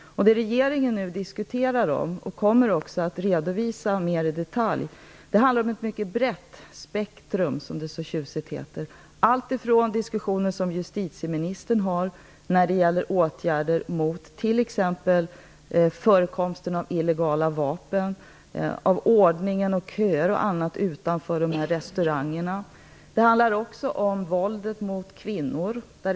Det regeringen nu diskuterar och kommer att redovisa mer i detalj handlar om ett mycket brett spektrum - som det så tjusigt heter - som spänner över allt, från den diskussion som justitieministern för när det gäller åtgärder mot t.ex. förekomsten av illegala vapen till frågor om ordningen, köer och annat utanför dessa restauranger. Det handlar också om våldet mot kvinnor.